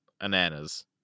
Ananas